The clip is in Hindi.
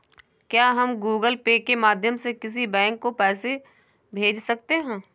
क्या हम गूगल पे के माध्यम से किसी बैंक को पैसे भेज सकते हैं?